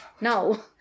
no